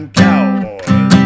cowboys